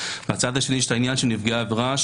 הצד השני של העניין של נפגעי עבירה,